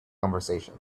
conversation